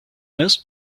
most